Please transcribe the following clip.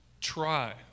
try